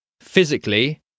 Physically